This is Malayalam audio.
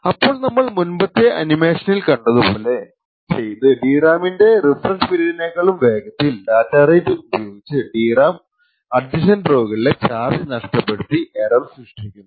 അപ്പോൾ നമ്മൾ മുൻപത്തെ അനിമേഷനിൽ കണ്ടതുപോലെ ചെയ്ത് DRAM ന്റെ റിഫ്രഷ് പീരിയഡിനേക്കാളും വേഗത്തിൽ ഡാറ്റ റേറ്റ് ഉപയോഗിച്ച് DRAM അഡ്ജസൻറ് റോകളിലെ ചാർജ് നഷ്ടപ്പെടുത്തി എറർ സൃഷ്ടിക്കുന്നു